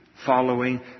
following